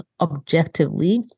objectively